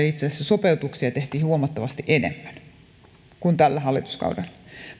itse asiassa edellisen hallituskauden sopeutuksia tehtiin huomattavasti enemmän kuin tällä hallituskaudella